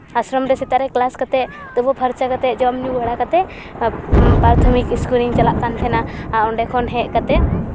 ᱟᱥᱨᱚᱢ ᱨᱮ ᱥᱮᱛᱟᱜ ᱨᱮ ᱠᱞᱟᱥ ᱠᱟᱛᱮᱫ ᱛᱩᱯᱩ ᱯᱷᱟᱨᱪᱟ ᱠᱟᱛᱮᱫ ᱡᱚᱢ ᱧᱩ ᱵᱟᱲᱟ ᱠᱟᱛᱮᱫ ᱯᱨᱟᱛᱷᱚᱢᱤᱠ ᱤᱥᱠᱩᱞ ᱨᱤᱧ ᱪᱟᱞᱟᱜ ᱠᱟᱱ ᱛᱟᱦᱮᱱᱟ ᱟᱨ ᱚᱸᱰᱮ ᱠᱷᱚᱱ ᱦᱮᱡ ᱠᱟᱛᱮᱫ